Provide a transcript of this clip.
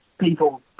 people